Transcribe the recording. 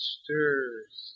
stirs